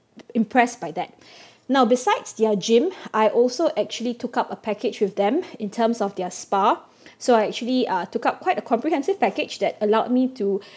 impressed by that now besides their gym I also actually took up a package with them in terms of their spa so actually uh took up quite a comprehensive package that allowed me to